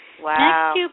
Wow